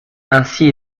ainsi